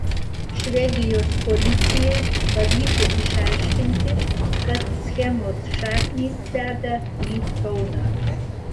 švedijos policijai pavyko išaiškinti kad schemos šaknys veda į kauną